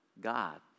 God